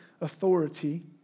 authority